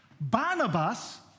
Barnabas